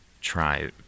try